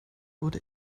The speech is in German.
wurde